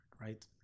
right